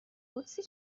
قدسی